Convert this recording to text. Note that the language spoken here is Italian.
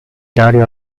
dario